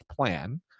plan